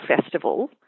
festival